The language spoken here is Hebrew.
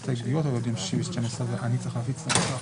אבל אני צריך להפיץ את הנוסח קודם.